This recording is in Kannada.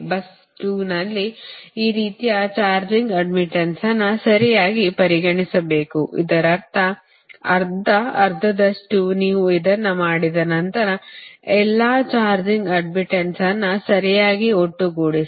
bus 2 ನಲ್ಲಿ ಈ ರೀತಿಯಲ್ಲಿ ಚಾರ್ಜಿಂಗ್ ಅಡ್ಡ್ಮಿಟ್ಟನ್ಸ್ ಅನ್ನು ಸರಿಯಾಗಿ ಪರಿಗಣಿಸಬೇಕು ಇದರರ್ಥ ಅರ್ಧ ಅರ್ಧದಷ್ಟು ನೀವು ಇದನ್ನು ಮಾಡಿದ ನಂತರ ಎಲ್ಲಾ ಚಾರ್ಜಿಂಗ್ ಅಡ್ಡ್ಮಿಟ್ಟನ್ಸ್ ಅನ್ನು ಸರಿಯಾಗಿ ಒಟ್ಟುಗೂಡಿಸಿ